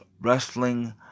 wrestling